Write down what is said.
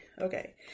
Okay